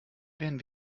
wären